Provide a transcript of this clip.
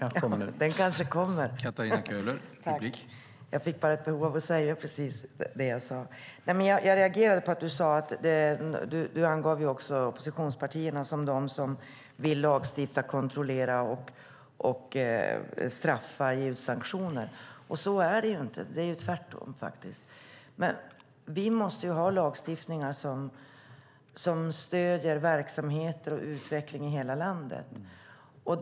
Herr talman! Den kanske kommer. Jag fick bara ett behov av att säga det jag sade. Jag reagerade på att du angav oppositionspartierna som de som vill lagstifta, kontrollera, straffa och ge sanktioner. Så är det inte. Det är faktiskt tvärtom. Vi måste ha lagstiftningar som stöder verksamheter och utveckling i hela landet.